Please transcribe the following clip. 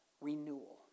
renewal